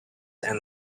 and